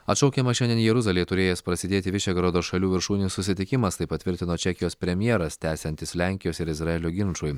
atšaukiamas šiandien jeruzalėje turėjęs prasidėti vyšegrado šalių viršūnių susitikimas tai patvirtino čekijos premjeras tęsiantis lenkijos ir izraelio ginčui